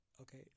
okay